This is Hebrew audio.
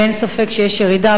ואין ספק שיש ירידה.